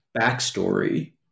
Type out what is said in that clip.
backstory